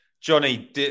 Johnny